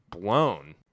blown